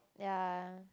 ya